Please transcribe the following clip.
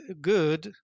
good